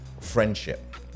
friendship